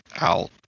out